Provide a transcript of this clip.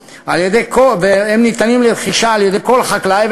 והם ניתנים לרכישה על-ידי כל חקלאי.